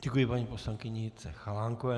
Děkuji paní poslankyni Jitce Chalánkové.